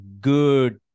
good